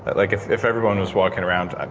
like if if everyone was walking around, ah